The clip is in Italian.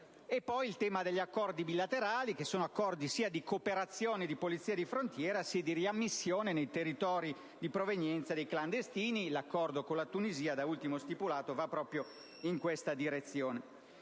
è poi il tema degli accordi bilaterali, che sono accordi sia di cooperazione di polizia di frontiera sia di riammissione nei territori di provenienza dei clandestini. L'accordo con la Tunisia, da ultimo stimolato, va proprio in questa direzione.